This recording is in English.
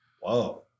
Whoa